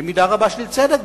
במידה רבה של צדק,